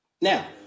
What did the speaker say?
Now